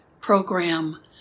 program